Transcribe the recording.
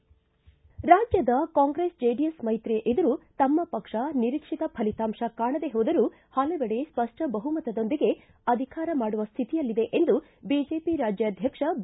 ರಾಜ್ಯದ Congress JDS ಮೈತಿಯ ಎದುರು ತಮ್ಮ ಪಕ್ಷ ನಿರೀಕ್ಷಿತ ಫಲಿತಾಂಶ ಕಾಣದೇ ಹೋದರೂ ಹಲವೆಡೆ ಸ್ಪಷ್ಟ ಬಹುಮತದೊಂದಿಗೆ ಅಧಿಕಾರ ಮಾಡುವ ಸ್ವಿತಿಯಲ್ಲಿದೆ ಎಂದು ಬಿಜೆಪಿ ರಾಜ್ಯಾಧ್ಯಕ್ಷ ಬಿ